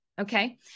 okay